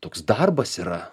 toks darbas yra